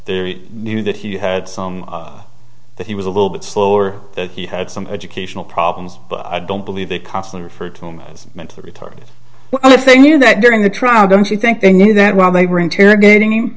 they knew that he had some that he was a little bit slower he had some educational problems but i don't believe the counselor referred to him as mentally retarded and if they knew that during the trial don't you think they knew that while they were interrogating him